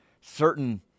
certain